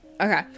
Okay